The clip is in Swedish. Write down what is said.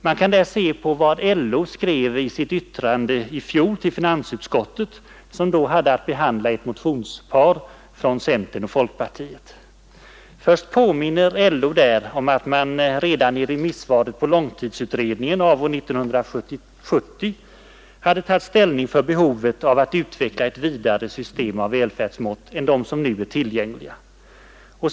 Man kan där se på vad LO skrev i sitt yttrande i fjol till finansutskottet, som då hade att behandla ett motionspar från centern och folkpartiet. Först påminner LO om att man redan i remissvaret på långtidsutredningen av år 1970 hade tagit ställning för behovet att utveckla ett vidare system av välfärdsmått än de nu tillgängliga.